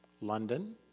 London